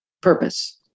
purpose